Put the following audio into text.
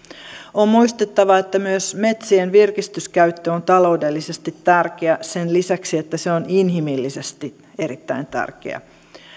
on muistettava että myös metsien virkistyskäyttö on taloudellisesti tärkeää sen lisäksi että se on inhimillisesti erittäin tärkeää